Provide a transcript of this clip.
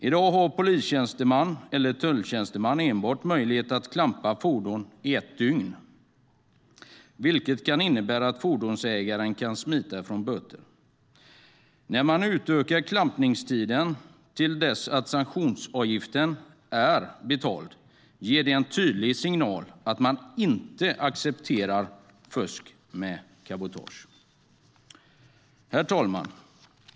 I dag har polistjänsteman eller tulltjänsteman enbart möjlighet att klampa fordon i ett dygn, vilket kan innebära att fordonsägaren kan smita från böter. När man utökar klampningstiden till dess att sanktionsavgiften är betald ger det en tydlig signal om att man inte accepterar fusk med cabotage. Herr talman!